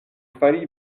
fari